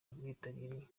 rwitabiriye